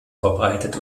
verbreitet